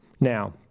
Now